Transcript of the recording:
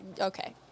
okay